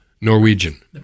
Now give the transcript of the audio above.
Norwegian